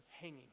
hanging